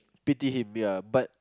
pity him ya but